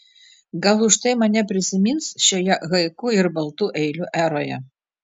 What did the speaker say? gal už tai mane prisimins šioje haiku ir baltų eilių eroje